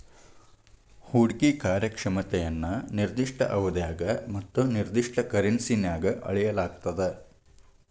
ಹೂಡ್ಕಿ ಕಾರ್ಯಕ್ಷಮತೆಯನ್ನ ನಿರ್ದಿಷ್ಟ ಅವಧ್ಯಾಗ ಮತ್ತ ನಿರ್ದಿಷ್ಟ ಕರೆನ್ಸಿನ್ಯಾಗ್ ಅಳೆಯಲಾಗ್ತದ